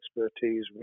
expertise